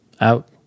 Out